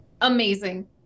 amazing